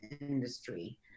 industry